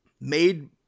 made